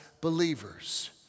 believers